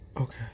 Okay